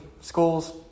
schools